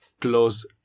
close